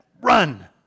run